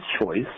choice